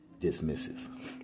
dismissive